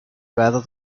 rather